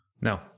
No